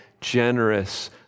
generous